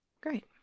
Great